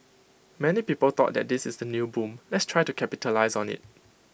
many people thought that this is the new boom let's try to capitalise on IT